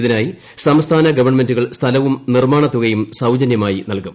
ഇതിനായി സംസ്ഥാന ഗവൺമെൻുകൾ സ്ഥലവും നിർമ്മാണ തുകയും സൌജന്യമായി നൽകും